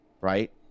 right